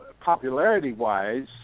popularity-wise